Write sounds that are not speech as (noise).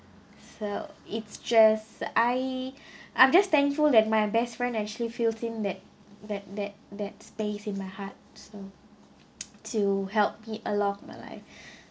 so it's just I I'm just thankful that my best friend actually fills in that that that that space in my heart so (noise) to help me a lot of my life (breath)